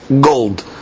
gold